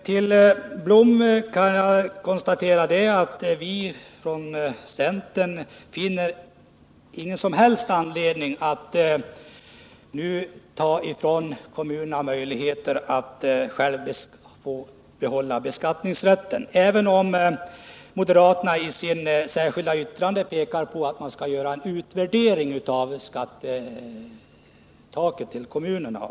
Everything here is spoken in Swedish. Till Lennart Blom vill jag säga att vi från centern inte finner någon som helst anledning att nu ta ifrån kommunerna beskattningsrätten. Moderaterna har i ett särskilt yttrande pekat på att man bör göra en utvärdering av ett skattetak för kommunerna.